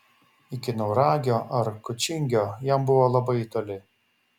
iki nauragio ar kučingio jam buvo labai toli